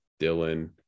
Dylan